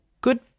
good